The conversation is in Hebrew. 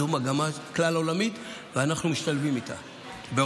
זו מגמה כלל-עולמית, ואנחנו משתלבים בה בעוצמה.